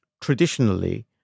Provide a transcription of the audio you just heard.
traditionally